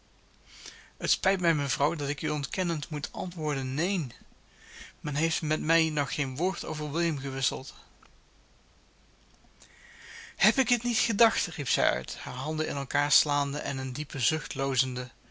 het spijt mij mevrouw dat ik u ontkennend moet antwoorden neen men heeft met mij nog geen woord over william gewisseld heb ik het niet gedacht riep zij uit hare handen in elkander slaande en een diepen zucht